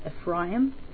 Ephraim